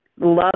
love